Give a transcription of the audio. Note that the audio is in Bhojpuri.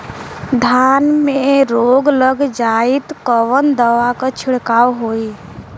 धान में रोग लग जाईत कवन दवा क छिड़काव होई?